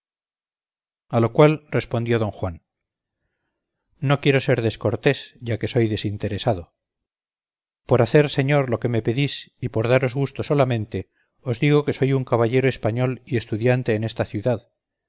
a lo cual respondió don juan no quiero ser descortés ya que soy desinteresado por hacer señor lo que me pedís y por daros gusto solamente os digo que soy un caballero español y estudiante en esta ciudad